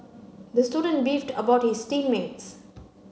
the student beefed about his team mates